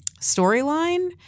storyline